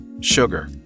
sugar